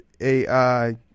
AI